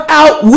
out